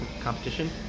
competition